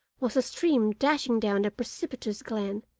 was a stream dashing down a precipitous glen,